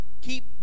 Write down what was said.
keep